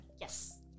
yes